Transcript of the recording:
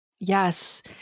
Yes